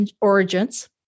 origins